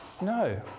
No